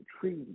treaty